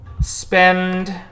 spend